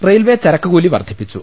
railway ചരക്ക്കൂലി വർധിപ്പിച്ചു